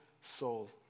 soul